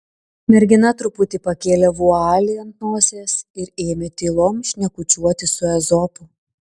mergina truputį pakėlė vualį ant nosies ir ėmė tylom šnekučiuoti su ezopu